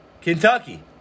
Kentucky